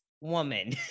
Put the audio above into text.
woman